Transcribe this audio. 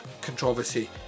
controversy